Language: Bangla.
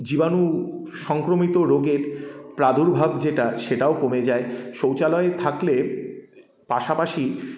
জীবাণু সংক্রমিত রোগের প্রাদুর্ভাব যেটা সেটাও কমে যায় শৌচালয় থাকলে পাশাপাশি